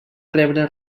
rebre